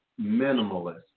minimalist